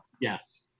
Yes